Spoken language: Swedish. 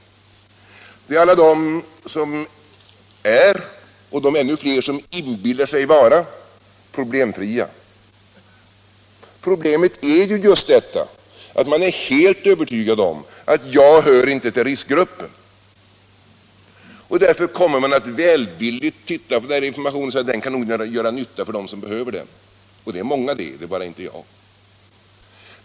Det gäller alla dem som är, och de ännu fler som inbillar sig vara, problemfria. Problemet är ju just detta att man är helt övertygad om att man inte hör till riskgruppen. Och därför kommer man att välvilligt titta på denna information och säga sig: den skulle göra nytta för dem som behöver den, och det är många det, det är bara inte jag.